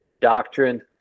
doctrine